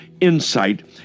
insight